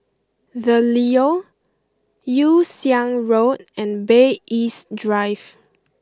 the Leo Yew Siang Road and Bay East Drive